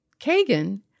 Kagan